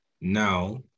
now